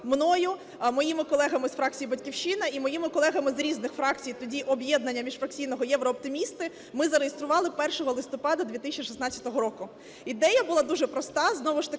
мною, моїми колегами з фракції "Батьківщина" і моїми колегами з різних фракцій, тоді об'єднання міжфракційного "Єврооптимісти", ми зареєстрували 1 листопада 2016 року. Ідея була дуже проста